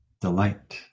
delight